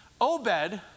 Obed